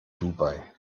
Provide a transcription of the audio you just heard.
dubai